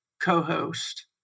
co-host